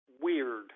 weird